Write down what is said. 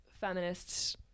feminists